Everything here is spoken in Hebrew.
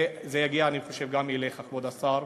וזה יגיע, אני חושב, גם אליך, כבוד השר: